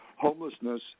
homelessness